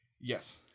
Yes